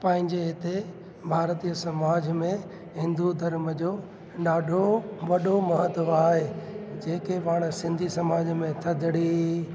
पंहिंजे हिते भारतीय समाज में हिंदू धर्म जो ॾाढो वॾो महत्व आहे जेके पाण सिंधी समाज में थदड़ी